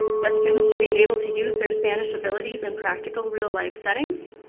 that student should be able to use their spanish abilities in practical, real-life settings,